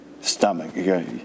stomach